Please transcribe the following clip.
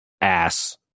ass